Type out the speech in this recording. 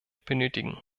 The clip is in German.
benötigen